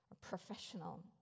professional